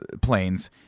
planes